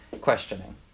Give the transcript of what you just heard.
questioning